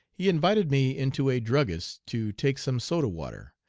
he invited me into a druggist's to take some soda water.